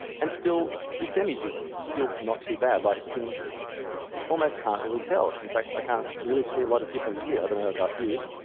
and still this image is still not too bad, like you can you almost can't really tell. in fact, i can't really see a lot of difference here, i don't know about you.